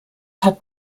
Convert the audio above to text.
hat